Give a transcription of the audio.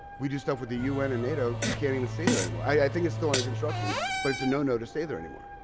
we do stuff with the un and nato, you can't even stay there anymore. i think it's still under construction but it's a no-no to stay there anymore.